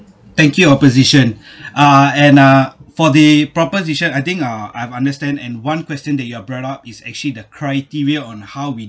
thank you opposition uh and uh for the proposition I think uh I've understand and one question that you have brought up is actually the criteria on how we